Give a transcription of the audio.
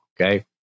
okay